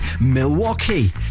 Milwaukee